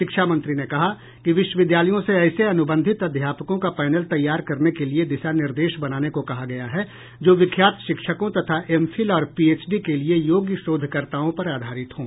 शिक्षा मंत्री ने कहा कि विश्वविद्यालयों से ऐसे अनुबंधित अध्यापकों का पैनल तैयार करने के लिए दिशा निर्देश बनाने को कहा गया है जो विख्यात शिक्षकों तथा एम फिल और पीएचडी के लिए योग्य शोधकर्ताओं पर आधारित हों